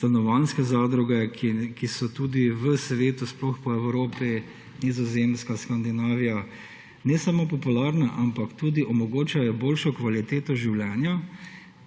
stanovanjske zadruge. Te so v svetu, sploh po Evropi – Nizozemska, Skandinavija – ne samo popularne, ampak tudi omogočajo boljšo kvaliteto življenja,